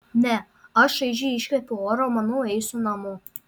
ne aš šaižiai iškvepiu orą manau eisiu namo